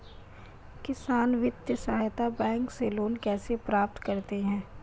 किसान वित्तीय सहायता बैंक से लोंन कैसे प्राप्त करते हैं?